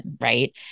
right